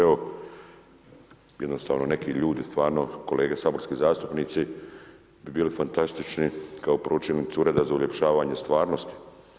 Evo jednostavno neki ljudi, stvarno, kolege saborski zastupnici bi bili fantastični kao pročelnici ureda za uljepšavanje stvarnosti.